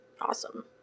Awesome